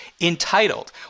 entitled